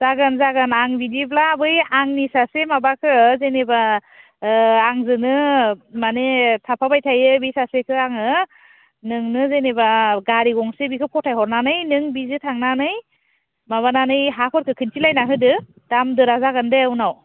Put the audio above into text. जागोन जागोन आं बिदिब्ला बै आंनि सासे माबाखो जेनोबा ओ आंजोनो माने थाफाबाय थायो बे सासेखो आङो नोंनो जेनोबा गारि गंसे बिखो फथाय हरनानै नों बिजो थांनानै माबानानै हाफोरखो खोन्थिलायना होदो दाम दरा जागोन दे उनाव